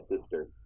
sister